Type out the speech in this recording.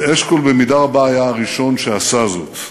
אבל אשכול, במידה רבה, היה הראשון שעשה זאת.